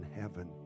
heaven